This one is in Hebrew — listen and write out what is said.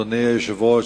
אדוני היושב-ראש,